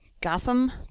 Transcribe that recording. Gotham